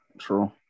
True